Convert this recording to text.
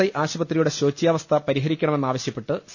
I ആശുപത്രിയുടെ ശോച്യാവസ്ഥ പരിഹരിക്കണമെന്നാ വശ്യപ്പെട്ട് സി